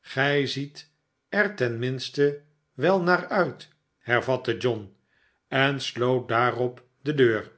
gij ziet er ten minste wel naar uit hervatte john en sloot daarop de deur